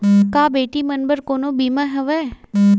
का बेटी मन बर कोनो बीमा हवय?